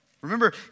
Remember